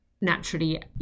naturally